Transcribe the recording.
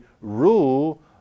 rule